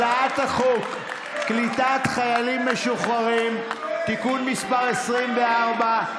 הצעת חוק קליטת חיילים משוחררים (תיקון מס' 24),